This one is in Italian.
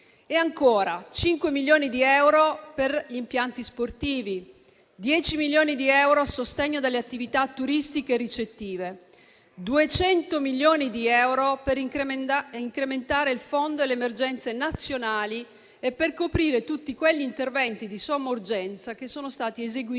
cinque milioni di euro per gli impianti sportivi; 10 milioni di euro a sostegno delle attività turistiche ricettive; 200 milioni di euro per incrementare il fondo per le emergenze nazionali e per coprire tutti gli interventi di somma urgenza che sono stati eseguiti